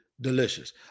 Delicious